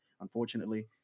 unfortunately